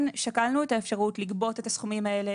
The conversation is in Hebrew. כן שקלנו את האפשרות לגבות את הסכומים האלה,